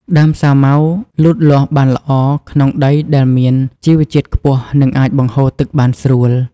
ដើមសាវម៉ាវលូតលាស់បានល្អក្នុងដីដែលមានជីវជាតិខ្ពស់ និងអាចបង្ហូរទឹកបានស្រួល។